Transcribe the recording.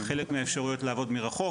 חלק מהאפשריות לעבוד מרחוק.